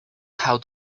how